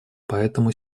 поэтому